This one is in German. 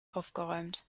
aufgeräumt